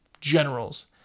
generals